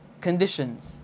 conditions